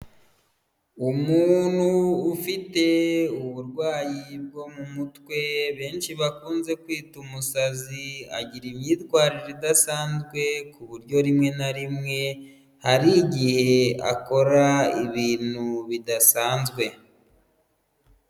Umuntu ufite uburwayi bwo mu mutwe benshi bakunze kwita umusazi agira imyitwarire idasanzwe ku buryo rimwe na rimwe hari igihe akora ibintu bidasanzwe.